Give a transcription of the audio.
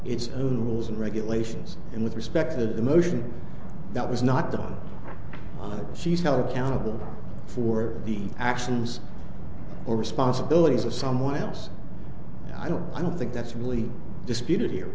its own rules and regulations and with respect to the motion that was not that she's held accountable for the actions or responsibilities of someone else i don't i don't think that's really disputed here